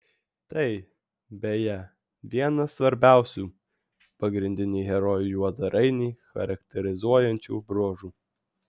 tai beje vienas svarbiausių pagrindinį herojų juozą rainį charakterizuojančių bruožų